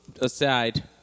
aside